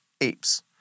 apes